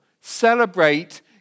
celebrate